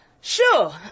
Sure